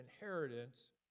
inheritance